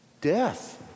Death